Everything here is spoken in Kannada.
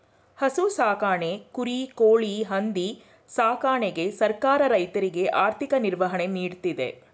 ಹಸು ಸಾಕಣೆ, ಕುರಿ, ಕೋಳಿ, ಹಂದಿ ಸಾಕಣೆಗೆ ಸರ್ಕಾರ ರೈತರಿಗೆ ಆರ್ಥಿಕ ನಿರ್ವಹಣೆ ನೀಡ್ತಿದೆ